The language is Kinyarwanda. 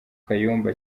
kayumba